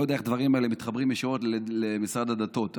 אני לא יודע איך הדברים האלה מתחברים ישירות למשרד הדתות,